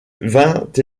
vingt